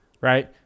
right